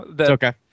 okay